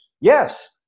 Yes